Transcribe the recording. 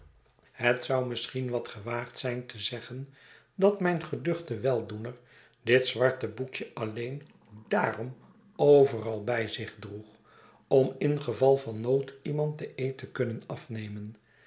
het zou misschien wat gewaagd zijn te zeggen dat mijn geduchte weldoener dit zwarte boekje alleen daarom overal bij zich droeg om in geval van nood iemand den eed te kunnen afnemen